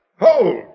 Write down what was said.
Hold